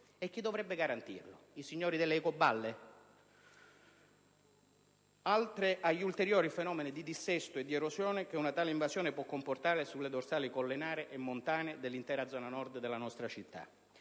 Chi dovrebbe garantirlo, i signori delle ecoballe? Tutto ciò oltre agli ulteriori fenomeni di dissesto e di erosione che una tale invasione può comportare sulle dorsali collinari e montane dell'intera zona nord della nostra città.